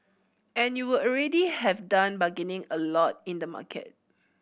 and you would already have done bargaining a lot in the market